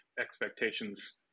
expectations